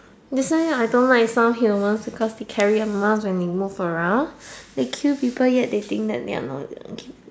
that's why ya I don't like some humans cause they carry a mouth and move around they kill people and yet they think that they are more